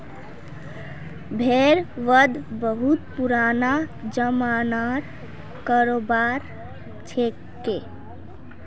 भेड़ वध बहुत पुराना ज़मानार करोबार छिके